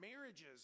marriages